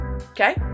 Okay